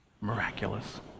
miraculous